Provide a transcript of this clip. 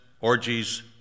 orgies